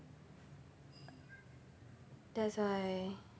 that's why